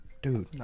Dude